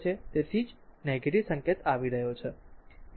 તેથી તેથી જ નેગેટીવ સંકેત આવ્યો છે